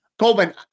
Colvin